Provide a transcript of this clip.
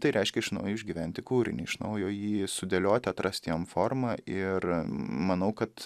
tai reiškia iš naujo išgyventi kūrinį iš naujo jį sudėlioti atrasti jam formą ir manau kad